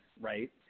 right